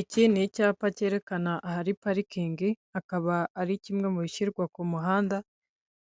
Iki ni icyapa cyerekana ahari parikingi akaba ari kimwe mu bishyirwa ku muhanda,